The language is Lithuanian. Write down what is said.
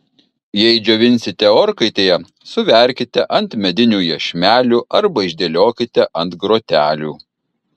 jei džiovinsite orkaitėje suverkite ant medinių iešmelių arba išdėliokite ant grotelių